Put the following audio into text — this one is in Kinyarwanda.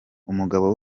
umugabo